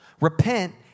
repent